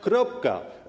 Kropka.